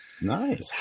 nice